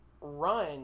run